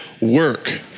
work